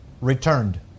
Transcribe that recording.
returned